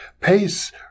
pace